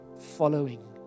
following